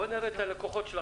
נשמע את הלקוחות.